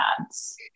ads